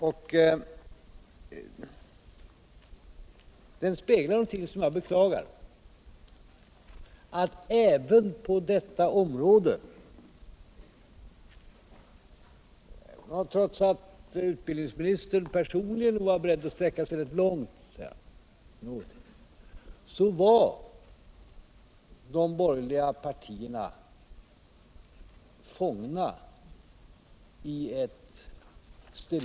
Öch den speglar någonting som jag beklagar: Även på detta område — trots att utbildningsministern personligen nog var beredd att sträcka sig rätt långt — var de borgerliga partierna fångna i eu. som jag ser det.